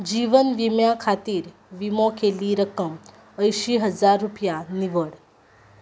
जिवन विम्या खातीर विमो केल्ली रक्कम अंयशीं हजार रुपया निवड